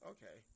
Okay